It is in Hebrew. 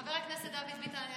חבר הכנסת דוד ביטן,